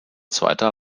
zweiter